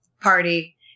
party